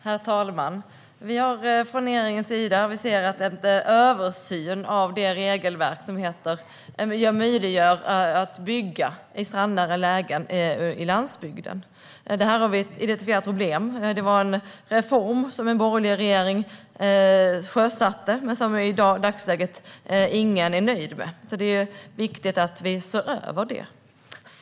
Herr talman! Vi har från regeringens sida aviserat en översyn av det regelverk som möjliggör byggande i strandnära lägen på landsbygden. Där har vi identifierat ett problem. Det var en reform som den borgerliga regeringen sjösatte men som ingen i dagsläget är nöjd med. Det är viktigt att vi ser över den.